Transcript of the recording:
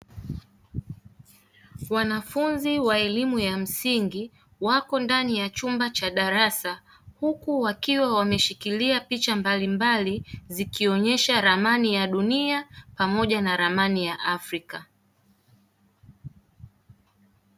Wanafunzi wa elimu ya msingi wako ndani ya chumba cha darasa, huku wakiwa wameshikilia picha mbalimbali zikionyesha ramani ya dunia pamoja na ramani ya Afrika.